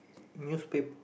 newspa~